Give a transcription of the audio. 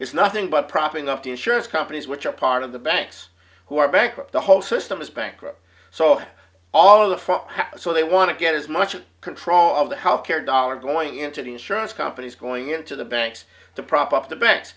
is nothing but propping up the insurance companies which are part of the banks who are bankrupt the whole system is bankrupt so all of so they want to get as much control of the health care dollar going into the insurance companies going into the banks to prop up the ba